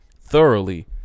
Thoroughly